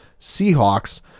Seahawks